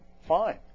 Fine